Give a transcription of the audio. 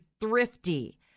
thrifty